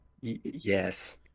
Yes